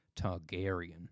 Targaryen